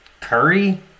Curry